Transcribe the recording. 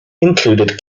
included